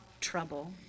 trouble